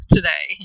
Today